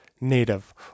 native